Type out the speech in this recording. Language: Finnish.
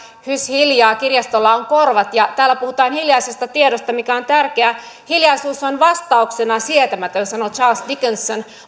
hiljaa kirjastolla on korvat täällä puhutaan hiljaisesta tiedosta mikä on tärkeää hiljaisuus on vastauksena sietämätön sanoi charles dickens